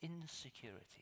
insecurity